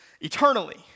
eternally